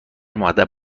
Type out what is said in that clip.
مودب